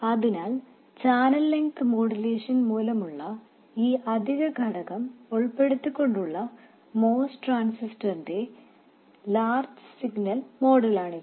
അതിനാൽ channel length modulation മൂലമുള്ള ഈ അധിക ഘടകം ഉൾപ്പെടുത്തികൊണ്ടുള്ള MOS ട്രാൻസിസ്റ്ററിന്റെ ലാർജ്ജ് സിഗ്നൽ മോഡലാണിത്